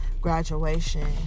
graduation